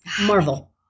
Marvel